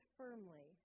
firmly